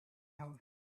else